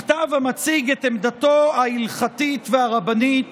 מכתב המציג את עמדתו ההלכתית והרבנית